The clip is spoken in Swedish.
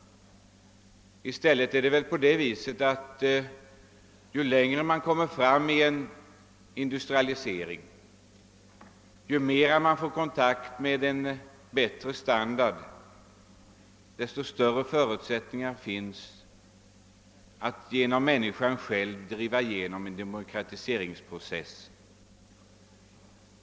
I stället är det väl snarare så, att ju längre industrialiseringsprocessen fortskridit i ett av dessa länder och ju mer levnadsstandarden stigit, desto större blir förutsättningarna att människorna själva genomdriver en demokratiseringsprocess.